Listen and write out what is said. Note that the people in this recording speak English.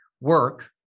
work